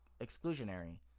exclusionary